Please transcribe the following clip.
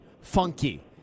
Funky